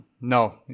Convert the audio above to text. No